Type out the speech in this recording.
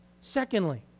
Secondly